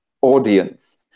audience